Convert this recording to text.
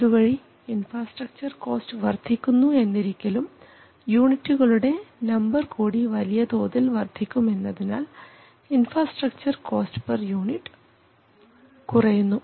അതുവഴി infrastructure cost വർദ്ധിക്കുന്നു എന്നിരിക്കിലും യൂണിറ്റുകളുടെ നമ്പർ കൂടി വലിയതോതിൽ വർദ്ധിക്കും എന്നതിനാൽ ഇൻഫ്രാസ്ട്രക്ച്ചർ കോസ്റ്റ് പർ യൂണിറ്റ് കുറയുന്നു